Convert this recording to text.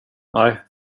nej